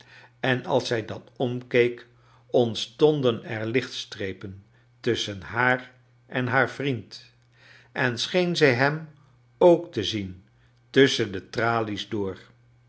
en als zij dan omkeek ontstonden er lichtstrepen tusschen haar en haar vriend en scheen zij hem ook to zien tusschen de tralies door